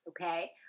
Okay